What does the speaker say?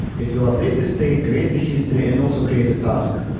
it will update the state, create the history and also create a task.